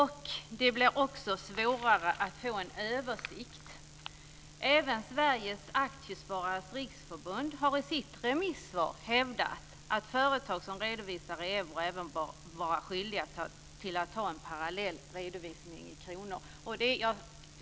Det blir också svårare att få en översikt. Även Sveriges Aktiesparares Riksförbund har i sitt remisssvar hävdat att företag som redovisar i euro även bör vara skyldiga att ha en parallell redovisning i kronor.